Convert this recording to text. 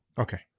Okay